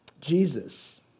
Jesus